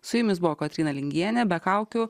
su jumis buvo kotryna lingienė be kaukių